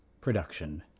production